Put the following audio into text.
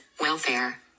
welfare